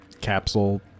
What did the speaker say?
capsule